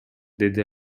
деди